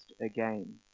again